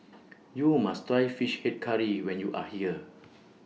YOU must Try Fish Head Curry when YOU Are here